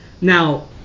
Now